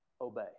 Obey